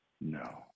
No